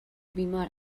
بیمار